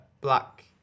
black